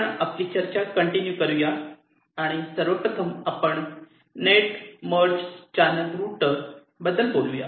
आपण आपली चर्चा कंटिन्यू करूया आणि सर्वप्रथम आपण नेट मर्ज चॅनल रुटर बद्दल बोलूया